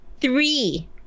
three